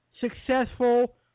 successful